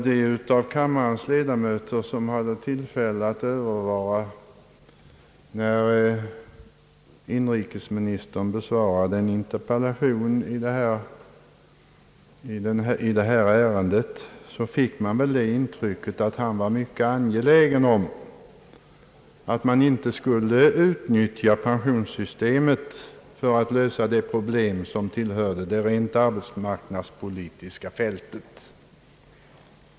De av kammarens ledamöter som hade tillfälle att närvara när inrikesministern besvarade en interpellation i det här ärendet fick väl det intrycket att han var mycket angelägen om att man inte skulle utnyttja pensionssystemet för att lösa problem som tillhör det rent arbetsmarknadspolitiska fältet.